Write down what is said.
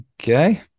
Okay